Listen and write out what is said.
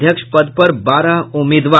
अध्यक्ष पद पर बारह उम्मीदवार